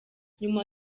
nyuma